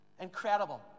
Incredible